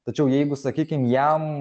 tačiau jeigu sakykim jam